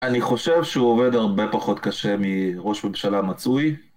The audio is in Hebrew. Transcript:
אני חושב שהוא עובד הרבה פחות קשה מראש ממשלה מצוי